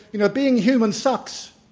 you know, being human sucks,